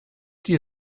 die